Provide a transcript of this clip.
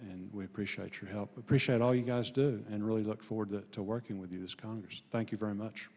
and we appreciate your help appreciate all you guys do and really look forward to working with you this congress thank you very much